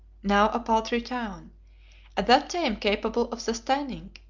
now a paltry town at that time capable of sustaining,